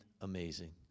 amazing